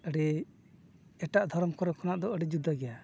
ᱟᱹᱰᱤ ᱮᱴᱟᱜ ᱫᱷᱚᱨᱚᱢ ᱠᱚᱨᱮ ᱠᱷᱚᱱᱟᱜ ᱫᱚ ᱟᱹᱰᱤ ᱡᱩᱫᱟᱹ ᱜᱮᱭᱟ